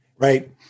Right